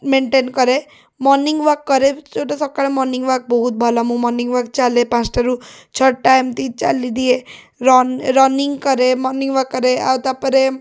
maintain କରେ morning walk କରେ ଯେଉଁଟା ସକାଳ ମର୍ଣ୍ଣିଙ୍ଗୱାକ୍ ବହୁତ ଭଲ ମୁଁ ମର୍ଣ୍ଣିଙ୍ଗୱାକ୍ ଚାଲେ ପାଞ୍ଚଟାରୁ ଛଅଟା ଏମତି ଚାଲିଦିଏ ରନ୍ ରନିଙ୍ଗ୍ କରେ ମର୍ଣ୍ଣିଙ୍ଗୱାକ୍ରେ ଆଉ ତା'ପରେ